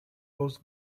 was